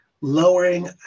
lowering